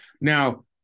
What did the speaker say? Now